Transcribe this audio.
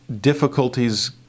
difficulties